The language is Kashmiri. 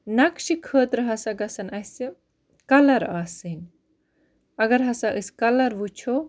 نَقشہِ خٲطرٕ ہَسا گَژھن اَسہِ کَلَر آسٕنۍ اَگَر ہَسا أسۍ کَلَر وٕچھو